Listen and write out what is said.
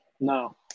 no